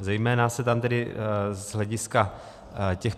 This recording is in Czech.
Zejména se tam tedy z hlediska